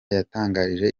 yatangarije